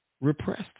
repressed